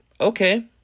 okay